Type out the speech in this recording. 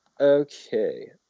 okay